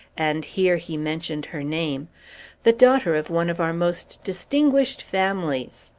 and here he mentioned her name the daughter of one of our most distinguished families!